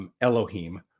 Elohim